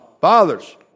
Fathers